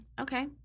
Okay